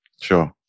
Sure